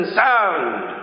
sound